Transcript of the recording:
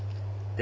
then